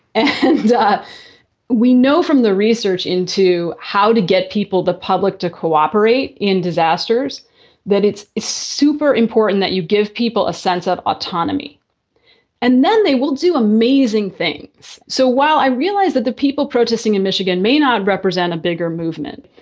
and we know from the research into how to get people, the public to cooperate in disasters that it's it's super important that you give people a sense of autonomy and then they will do amazing things. so while i realize that the people protesting in michigan may not represent a bigger movement,